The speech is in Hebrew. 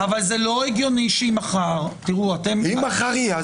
אבל זה לא הגיוני שאם מחר --- אם מחר יהיה,